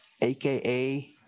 AKA